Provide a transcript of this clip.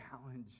challenge